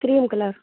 cream colour